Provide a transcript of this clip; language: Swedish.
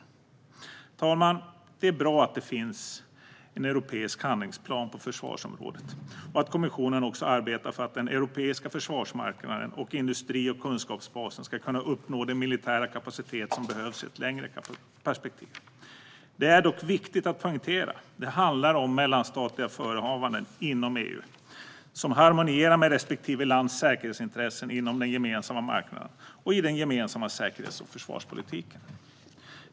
Herr talman! Det är bra att det finns en europeisk handlingsplan på försvarsområdet och att kommissionen arbetar för att den europeiska försvarsmarknaden och industri och kunskapsbasen ska kunna uppnå den militära kapacitet som behövs i ett längre perspektiv. Det är dock viktigt att poängtera att det handlar om mellanstatliga förehavanden inom EU som harmonierar med respektive lands säkerhetsintressen inom den gemensamma marknaden och i den gemensamma säkerhets och försvarspolitiken.